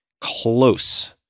close